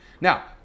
Now